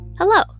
Hello